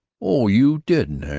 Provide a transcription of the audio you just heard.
oh, you didn't,